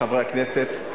חברי הכנסת,